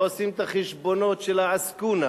לא עושים את החשבונות של ה"עסקונה"